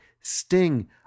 sting